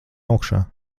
augšā